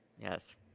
Yes